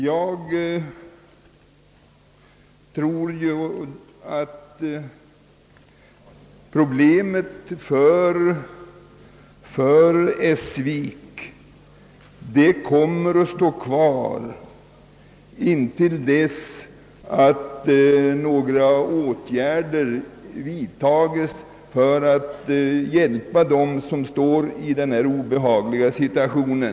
Jag tror att problemet för Essvik kommer att kvarstå till dess att åtgärder vidtages för att hjälpa dem som nu är illa utsatta.